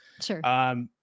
Sure